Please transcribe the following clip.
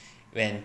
when